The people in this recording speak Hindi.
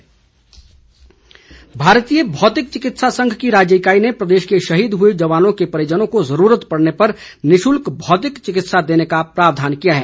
मुफूत चिकित्सा भारतीय भौतिक चिकित्सा संघ की राज्य इकाई ने प्रदेश के शहीद हुए जवानों के परिजनों को जरूरत पड़ने पर निशुल्क भौतिक चिकित्सा देने का प्रावधान किया हैं